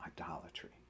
Idolatry